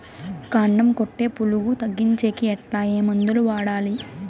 కాండం కొట్టే పులుగు తగ్గించేకి ఎట్లా? ఏ మందులు వాడాలి?